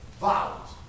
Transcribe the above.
violence